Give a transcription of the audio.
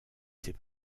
ses